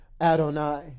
Adonai